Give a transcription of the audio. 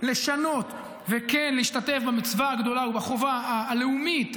לשנות וכן להשתתף במצווה הגדולה ובחובה הלאומית,